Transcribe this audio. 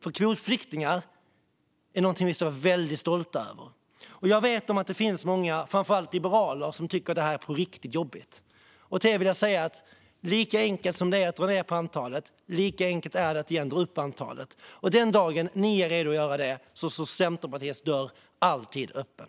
Vi ska vara stolta över att vi tar emot kvotflyktingar, och jag vet att det finns många, framför allt liberaler, som tycker att detta är riktigt jobbigt. Till er vill jag säga att lika enkelt som det är att dra ned på antalet, lika enkelt är det att åter öka antalet. Den dagen ni är redo att göra det står Centerpartiets dörr alltid öppen.